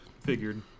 Figured